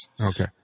Okay